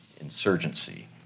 insurgency